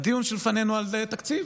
הדיון שלפנינו הוא על תקציב.